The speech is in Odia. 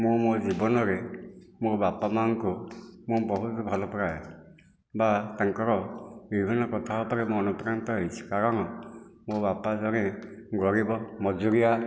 ମୁଁ ମୋ ଜୀବନରେ ମୋ ବାପା ମା'ଙ୍କୁ ମୁଁ ବହୁତ ଭଲପାଏ ବା ତାଙ୍କର ବିଭିନ୍ନ କଥା ଉପରେ ମୁଁ ଅନୁପ୍ରାଣୀତ ହୋଇଛି କାରଣ ମୋ ବାପା ଜଣେ ଗରିବ ମଜୁରିଆ